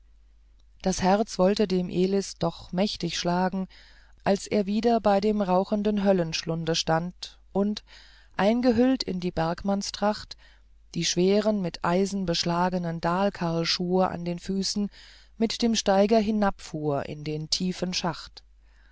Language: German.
das herz wollte dem elis doch mächtig schlagen als er wieder bei dem rauchenden höllenschlunde stand und eingehüllt in die bergmannstracht die schweren mit eisen beschlagenen dalkarlschuhe an den füßen mit dem steiger hinabfuhr in den tiefen schacht